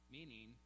Meaning